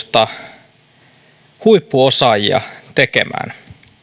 myös huippukoulutusta huippuosaajia tekemään